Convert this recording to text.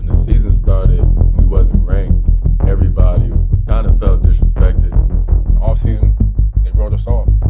season started we wasn't everybody kind of felt disrespected offseason wrote us off